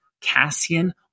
Cassian